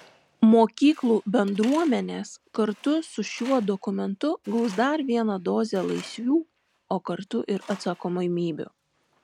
mokyklų bendruomenės kartu su šiuo dokumentu gaus dar vieną dozę laisvių o kartu ir atsakomybių